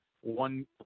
one